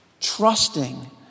Trusting